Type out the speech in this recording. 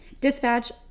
Dispatch